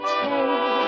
take